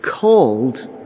called